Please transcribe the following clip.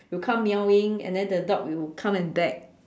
will come meowing and then the dog will come and beg